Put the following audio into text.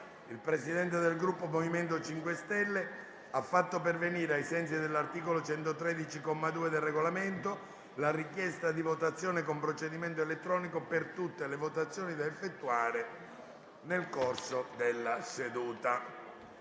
il Presidente del Gruppo MoVimento 5 Stelle ha fatto pervenire, ai sensi dell'articolo 113, comma 2, del Regolamento, la richiesta di votazione con procedimento elettronico per tutte le votazioni da effettuare nel corso della seduta.